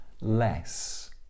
less